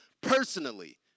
personally